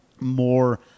more